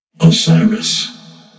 Osiris